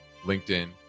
LinkedIn